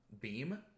beam